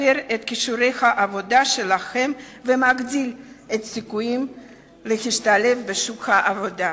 את כישורי העבודה שלהם ומגדיל את סיכוייהם להשתלב בשוק העבודה.